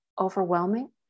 overwhelming